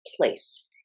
place